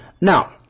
Now